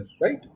right